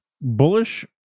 bullish